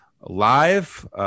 live